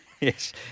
yes